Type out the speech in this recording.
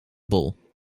bol